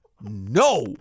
No